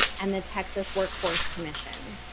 and the texas workforce commission.